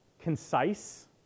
concise